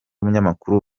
munyamakuru